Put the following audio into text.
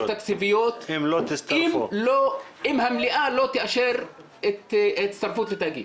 תקציביות אם המליאה לא תאשר את ההצטרפות לתאגיד.